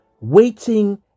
waiting